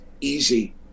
easy